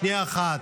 שנייה אחת,